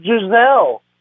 Giselle